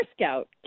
Scout